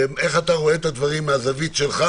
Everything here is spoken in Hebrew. ואיך אתה רואה את הדברים מהזווית שלך